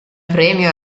premio